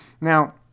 Now